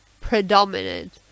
predominant